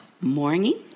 Morning